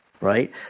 right